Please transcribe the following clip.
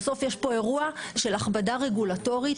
בסוף יש פה אירוע של הכבדה רגולטורית,